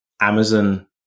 Amazon